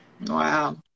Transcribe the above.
Wow